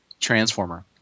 transformer